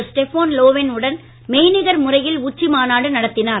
Stefan Lofven உடன் மெய்நிகர் முறையில் உச்சி மாநாடு நடத்தினார்